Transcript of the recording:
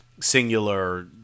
singular